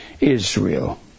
Israel